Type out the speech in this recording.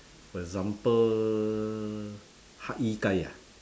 for example hak-yi-kai ah